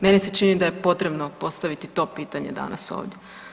Meni se čini da je potrebno postaviti to pitanje danas ovdje.